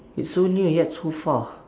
it's so near yet so far